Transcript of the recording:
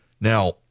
Now